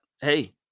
hey